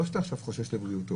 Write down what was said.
לא שאתה עכשיו חושש לבריאותו.